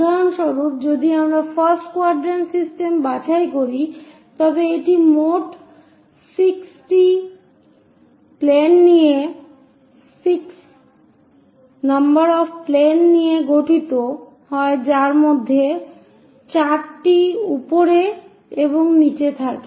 উদাহরণস্বরূপ যদি আমরা ফার্স্ট কোয়াড্রান্ট সিস্টেম বাছাই করি তবে এটি মোট 6 টি প্লেন নিয়ে গঠিত হয় যার মধ্যে 4টি উপরে এবং নীচের থাকে